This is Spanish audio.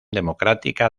democrática